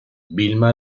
vilma